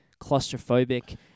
claustrophobic